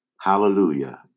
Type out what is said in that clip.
Hallelujah